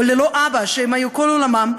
או ללא אבא שהיה כל עולמם,